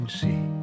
see